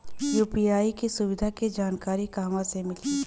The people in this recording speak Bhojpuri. यू.पी.आई के सुविधा के जानकारी कहवा से मिली?